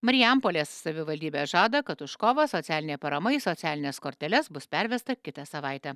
marijampolės savivaldybė žada kad už kovą socialinė parama į socialines korteles bus pervesta kitą savaitę